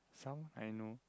someone I know